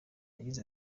yagize